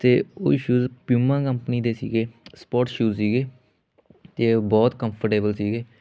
ਅਤੇ ਉਹ shoes Puma company ਦੇ ਸੀਗੇ ਸਪੋਰਟ ਸ਼ੂਜ਼ ਸੀਗੇ ਅਤੇ ਬਹੁਤ ਕੰਫਰਟੇਬਲ ਸੀਗੇ